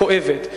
ההחלטה היא כואבת.